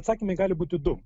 atsakymai gali būti du